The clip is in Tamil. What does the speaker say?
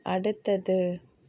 அடுத்தது